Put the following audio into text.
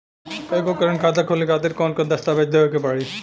एगो करेंट खाता खोले खातिर कौन कौन दस्तावेज़ देवे के पड़ी?